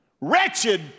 Wretched